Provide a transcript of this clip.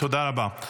תודה רבה.